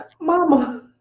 Mama